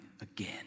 again